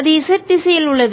அது z திசையில் உள்ளது